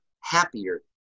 happier